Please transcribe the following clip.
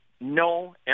no